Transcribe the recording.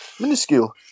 minuscule